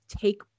take